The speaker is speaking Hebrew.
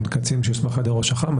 זה קצין שיוסמך על ידי ראש אח"מ.